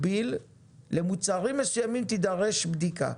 למוצרים מסוימים תידרש בדיקה.